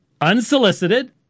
unsolicited